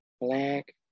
Black